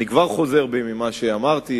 ואני כבר חוזר בי ממה שאמרתי,